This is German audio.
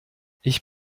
ich